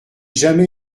jamais